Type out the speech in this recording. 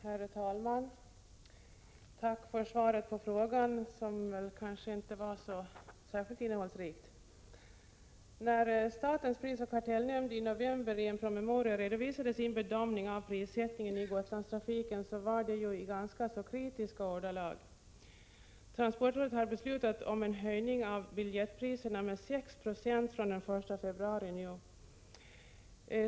Herr talman! Tack för svaret på frågan. Svaret var väl inte särskilt innehållsrikt. När statens prisoch kartellnämnd i november i en promemoria redovisade sin bedömning av prissättningen i Gotlandstrafiken skedde detta i ganska kritiska ordalag. Transportrådet har beslutat om en höjning av biljettpriserna med 6 Yo från den 1 februari.